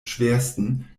schwersten